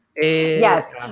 yes